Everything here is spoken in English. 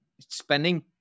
spending